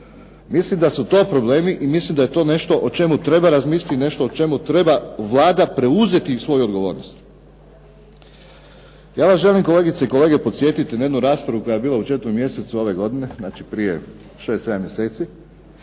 Mislim da su to problemi i mislim da je to nešto o čemu treba razmisliti i nešto o čemu treba Vlada preuzeti svoju odgovornost. Ja vas želim, kolegice i kolege, podsjetiti na jednu raspravu koja je bila u 4. mjesecu ove godine, znači prije 6, 7 mjeseci,